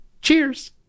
Cheers